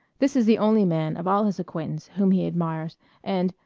this is the only man of all his acquaintance whom he admires and,